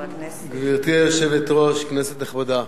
גברתי היושבת-ראש, כנסת נכבדה,